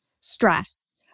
stress